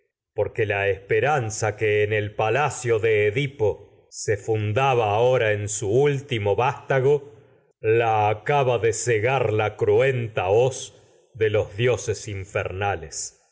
porque esperanza que en el palacio de edipo se fundaba tragedias de sófocles ahora en su último vástago la acaba de segar la cruen infernales a ta hoz de los dioses